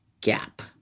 gap